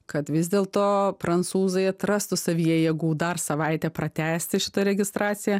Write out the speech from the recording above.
kad vis dėlto prancūzai atrastų savyje jėgų dar savaitę pratęsti šitą registraciją